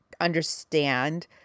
understand